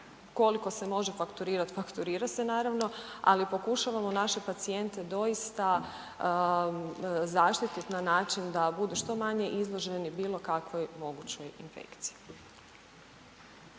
koliko se može fakturirati, fakturira se, naravno, ali pokušavamo naše pacijente doista zaštititi na način da budu što manje izloženi bilo kakvoj mogućoj infekciji.